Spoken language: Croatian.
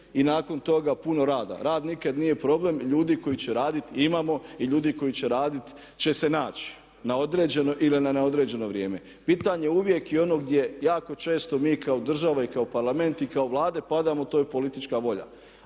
i nakon toga puno rada. Rad nikada nije problem i ljude koji će raditi imamo i ljudi koji će raditi će se naći na određeno ili na neodređeno vrijeme. Pitanje uvijek i onog gdje jako često mi kao država i kao Parlament i kao Vlade padamo to je politička volja.